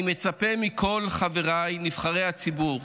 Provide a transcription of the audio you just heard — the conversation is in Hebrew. אני מצפה מכל חבריי נבחרי הציבור,